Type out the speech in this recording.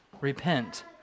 repent